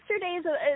Yesterday's